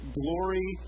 glory